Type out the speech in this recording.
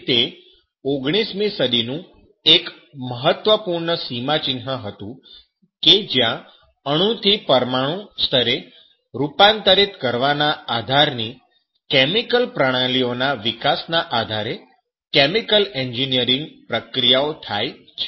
તેથી તે 19 મી સદીનું એક મહત્ત્વપૂર્ણ સીમાચિન્હ હતું કે જ્યાં અણુથી પરમાણુ સ્તરે રૂપાંતરિત કરવાના આધારની કેમિકલ પ્રણાલીઓના વિકાસના આધારે કેમિકલ એન્જિનિયરીંગ પ્રક્રિયાઓ થાય છે